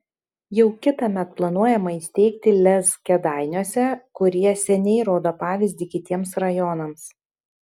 jau kitąmet planuojama įsteigti lez kėdainiuose kurie seniai rodo pavyzdį kitiems rajonams